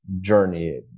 journey